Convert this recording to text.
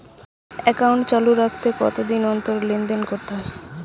Account চালু রাখতে কতদিন অন্তর লেনদেন করতে হবে?